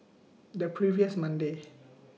The previous Monday